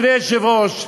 אדוני היושב-ראש,